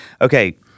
Okay